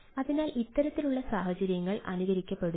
അതിനാൽ ഇത്തരത്തിലുള്ള സാഹചര്യങ്ങൾ അനുകരിക്കപ്പെടുന്നു